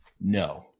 No